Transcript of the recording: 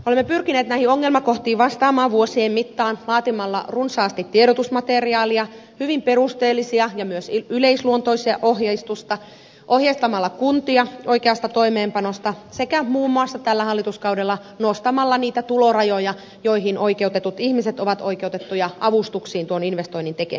olemme pyrkineet näihin ongelmakohtiin vastaamaan vuosien mittaan laatimalla runsaasti tiedotusmateriaalia hyvin perusteellista ja myös yleisluontoista ohjeistusta ohjeistamalla kuntia oikeasta toimeenpanosta sekä muun muassa tällä hallituskaudella nostamalla niitä tulorajoja joihin oikeutetut ihmiset ovat oikeutettuja avustuksiin tuon investoinnin tekemisessä